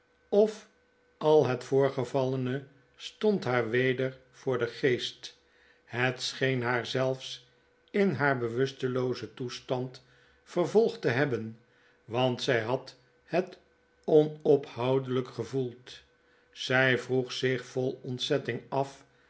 of al het voorgevallene stond haar weder voor den geest het scheen haar zelfs in haar bewusteloozen toestand vervolgd te hebben want zjj had het onophoudelijk gevoeld zij vroeg zich vol ontzetting af